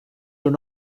were